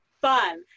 fun